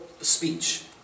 speech